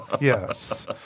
Yes